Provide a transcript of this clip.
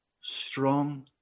strong